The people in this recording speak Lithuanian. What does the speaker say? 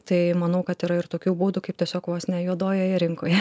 tai manau kad yra ir tokių būdų kaip tiesiog vos ne juodojoje rinkoje